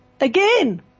again